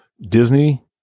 Disney